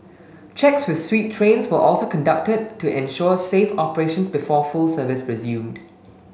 checks with sweep trains were also conducted to ensure safe operations before full service resumed